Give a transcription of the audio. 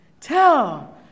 Tell